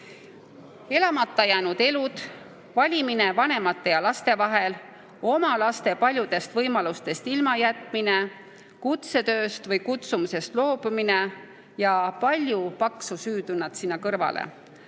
Elamata jäänud elud, valimine vanemate ja laste vahel, oma laste paljudest võimalustest ilmajätmine, kutsetööst või kutsumusest loobumine ja palju paksu süütunnet sinna kõrvale